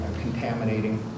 contaminating